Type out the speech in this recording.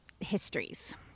histories